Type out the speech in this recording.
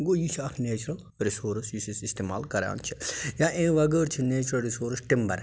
گوٚو یہِ چھُ اَکھ نیچرل رِسورٕس یُس أسۍ اِستعمال کَران چھِ یا اَمہِ وَغٲر چھِ نیچرل رِسورٕس ٹِمبَر